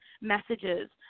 messages